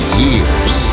years